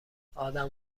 آدم